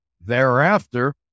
Thereafter